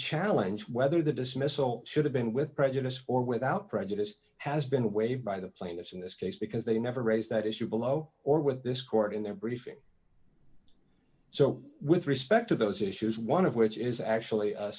challenge whether the dismissal should have been with prejudice or without prejudice has been waived by the plaintiffs in this case because they never raised that issue below or with this court in their briefing so with respect to those issues one of which is actually